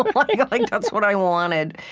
but like like like that's what i wanted,